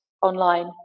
online